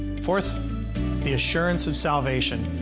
four the assurance of salvation.